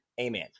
Amen